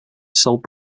sold